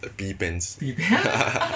P_E pants